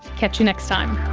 catch you next time